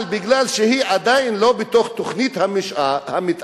אבל בגלל שהיא עדיין לא בתוך תוכנית המיתאר,